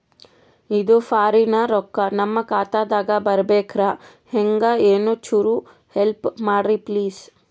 ಇದು ಫಾರಿನ ರೊಕ್ಕ ನಮ್ಮ ಖಾತಾ ದಾಗ ಬರಬೆಕ್ರ, ಹೆಂಗ ಏನು ಚುರು ಹೆಲ್ಪ ಮಾಡ್ರಿ ಪ್ಲಿಸ?